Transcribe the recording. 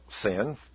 sin